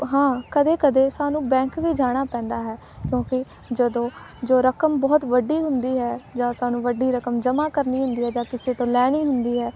ਹਾਂ ਕਦੇ ਕਦੇ ਸਾਨੂੰ ਬੈਂਕ ਵੀ ਜਾਣਾ ਪੈਂਦਾ ਹੈ ਕਿਉਂਕਿ ਜਦੋਂ ਜੋ ਰਕਮ ਬਹੁਤ ਵੱਡੀ ਹੁੰਦੀ ਹੈ ਜਾਂ ਸਾਨੂੰ ਵੱਡੀ ਰਕਮ ਜਮ੍ਹਾਂ ਕਰਨੀ ਹੁੰਦੀ ਹੈ ਜਾਂ ਕਿਸੇ ਤੋਂ ਲੈਣੀ ਹੁੰਦੀ ਹੈ